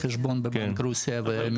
לחשבון בבנק רוסיה ומשם הם מקבלים.